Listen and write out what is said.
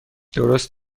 درست